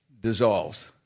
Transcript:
dissolves